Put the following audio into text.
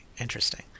interesting